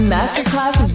Masterclass